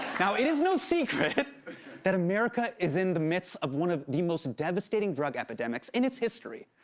now, it is no secret that america is in the midst of one of the most devastating drug epidemics in its history.